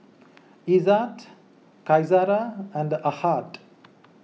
Izzat Qaisara and Ahad